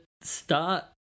start